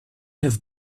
have